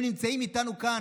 הם נמצאים איתנו כאן,